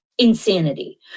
insanity